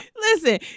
Listen